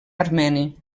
armeni